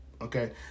okay